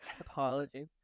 apology